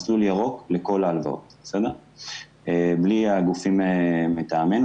מסלול ירוק לכל ההלוואות בלי הגופים מטעמנו